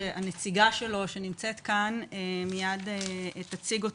שהנציגה שלו שנמצאת כאן מיד תציג אותו.